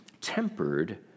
tempered